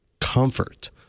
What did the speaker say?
comfort